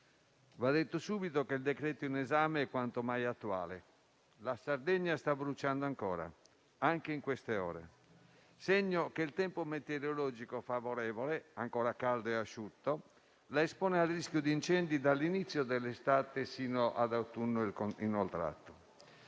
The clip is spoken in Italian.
va detto subito che il decreto-legge in esame è quanto mai attuale. La Sardegna sta bruciando ancora, anche in queste ore, segno che il tempo metereologico favorevole, tuttora caldo e asciutto, la espone al rischio di incendi dall'inizio dell'estate fino all'autunno inoltrato.